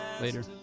later